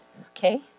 okay